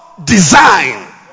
Design